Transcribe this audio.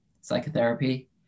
psychotherapy